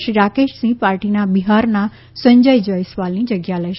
શ્રી રાકેશ સિંહ પાર્ટીના બિહારના સંજય જયસ્વાલની જગ્યા લેશે